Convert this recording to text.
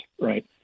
right